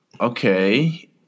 Okay